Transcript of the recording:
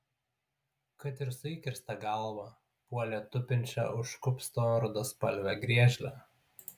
kad ir su įkirsta galva puolė tupinčią už kupsto rudaspalvę griežlę